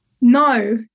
no